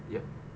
yup